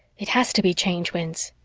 it has to be change winds,